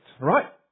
Right